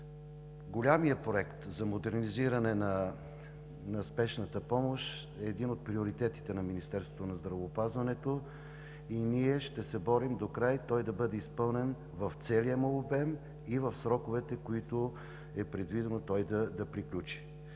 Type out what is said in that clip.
Големият проект за модернизирането на спешната помощ е един от приоритетите на Министерството на здравеопазването и ще се борим докрай той да бъде изпълнен в целия му обем и в сроковете, в които е предвидено да приключи.